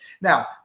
Now